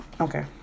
Okay